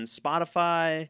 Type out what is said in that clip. spotify